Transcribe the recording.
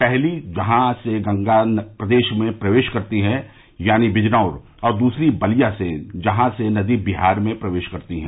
पहली जहां से गंगा प्रदेश में प्रवेश करती है यानी बिजनौर से और दूसरी बलिया से जहां से नदी बिहार में प्रवेश करती है